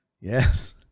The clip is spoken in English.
yes